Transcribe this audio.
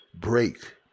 break